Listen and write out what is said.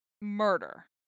murder